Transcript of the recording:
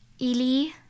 Eli